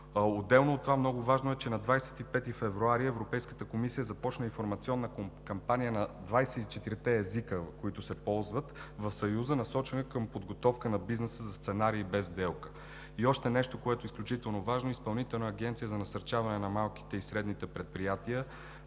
Отделно от това – много важно е, че на 25 февруари Европейската комисия започна информационна кампания на двадесет и четирите езика, които се ползват в Съюза, насочена към подготовка на бизнеса за сценарий без сделка. И още нещо, което е изключително важно – Изпълнителната агенция за насърчаване на малките и средните предприятия